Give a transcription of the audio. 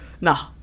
Nah